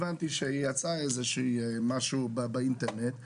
הבנתי שיצא משהו באינטרנט,